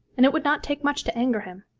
and it would not take much to anger him.